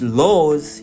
laws